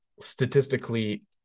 statistically